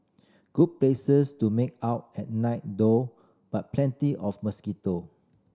good places to make out at night though but plenty of mosquitoe